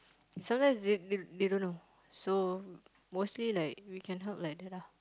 sometimes they they they don't know so mostly like we can help like that lah